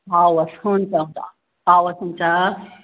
हवस् हुन्छ हुन्छ हवस् हुन्छ